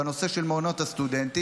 בנושא של מעונות הסטודנטים.